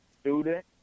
student